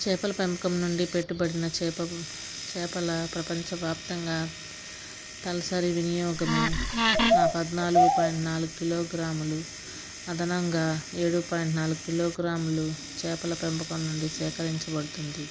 చేపల పెంపకం నుండి పెట్టుబడిన చేపలు చేపల ప్రపంచవ్యాప్తంగా కల్సరి వినియోగము నా పద్నాలుగు పాయింట్ నాలుగు కిలో గ్రాములు అదనంగా ఏడు పాయింట్ నాలుగు కిలోగ్రాములు చేపల పెంపకం నుండి సేకరించబడుతుంది